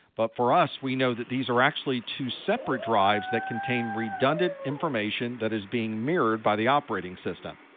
but for us, we know that these are actually two separate drives that contain redundant information that is being mirrored by the operating system.